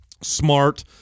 smart